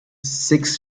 six